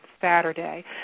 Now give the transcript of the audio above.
Saturday